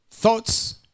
Thoughts